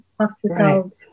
hospital